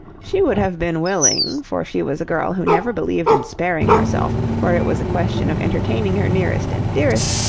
she would have been willing, for she was a girl who never believed in sparing herself where it was a question of entertaining her nearest and dearest,